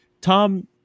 Tom